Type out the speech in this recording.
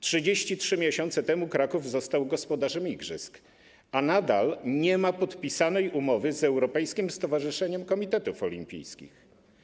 33 miesiące temu Kraków został gospodarzem igrzysk, a nadal nie ma podpisanej umowy z europejskim stowarzyszeniem komitetów olimpijskich.